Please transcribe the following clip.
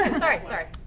um sorry, sorry.